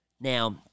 Now